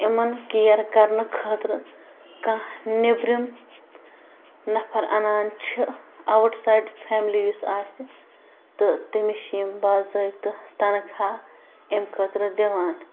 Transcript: یِمَن کِیَر کرنہٕ خٲطرٕ کانٛہہ نٮ۪برِم نَفَر اَنان چھِ آوُٹ سایِڈ فیملی یُس آسہِ تہٕ تٔمِس چھِ یِم باضٲبطہٕ تنخواہ اَمہِ خٲطرٕ دِوان